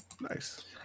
Nice